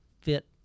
fit